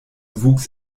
wuchs